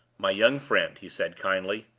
my young friend, he said, kindly,